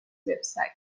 website